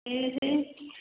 ତିରିଶ